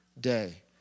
day